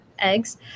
eggs